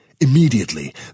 Immediately